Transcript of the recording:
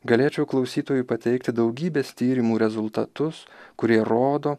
galėčiau klausytojui pateikti daugybės tyrimų rezultatus kurie rodo